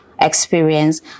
experience